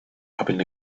happen